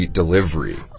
delivery